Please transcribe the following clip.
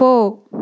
போ